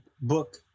book